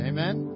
Amen